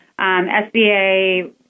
SBA